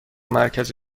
مرکز